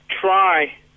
try